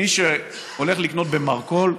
מי שהולך לקנות במרכול,